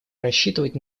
рассчитывать